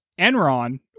Enron